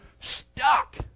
stuck